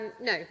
No